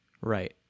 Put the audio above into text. Right